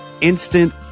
Instant